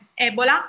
Ebola